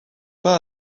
pas